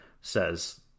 says